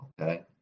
Okay